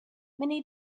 many